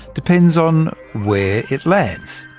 depends on where it lands.